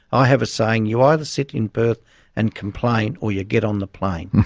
i have a saying, you either sit in perth and complain, or you get on the plane. yeah.